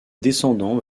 descendants